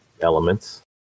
elements